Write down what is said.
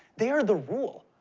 they're the rule.